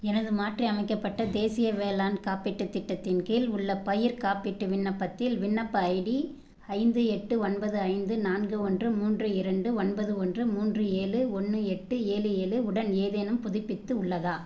எனது மாற்றியமைக்கப்பட்ட தேசிய வேளாண் காப்பீட்டுத் திட்டத்தின் கீழ் உள்ள பயிர் காப்பீட்டு விண்ணப்பத்தில் விண்ணப்ப ஐடி ஐந்து எட்டு ஒன்பது ஐந்து நான்கு ஒன்று மூன்று இரண்டு ஒன்பது ஒன்று மூன்று ஏழு ஒன்று எட்டு ஏழு ஏழு உடன் ஏதேனும் புதுப்பித்து உள்ளதா